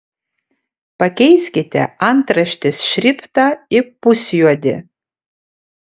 pakeiskite antraštės šriftą į pusjuodį